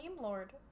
lord